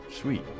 sweet